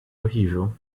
horrível